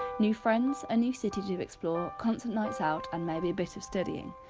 new friends, a new city to explore constant nights out and maybe a bit of studying,